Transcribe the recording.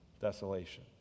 desolation